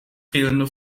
fehlende